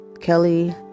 Kelly